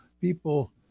people